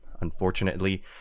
Unfortunately